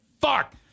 Fuck